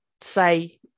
say